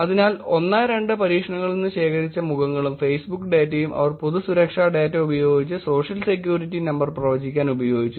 അതിനാൽ 1 2 പരീക്ഷണങ്ങളിൽ നിന്ന് ശേഖരിച്ച മുഖങ്ങളും ഫേസ്ബുക്ക് ഡാറ്റയും അവർ പൊതു സുരക്ഷാ ഡാറ്റ ഉപയോഗിച്ച് സോഷ്യൽ സെക്യൂരിറ്റി നമ്പർ പ്രവചിക്കാൻ ഉപയോഗിച്ചു